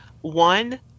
One